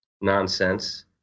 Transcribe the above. nonsense